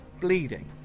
bleeding